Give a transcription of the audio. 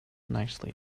nicely